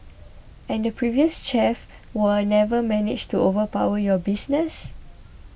and the previous chef were never managed to overpower your business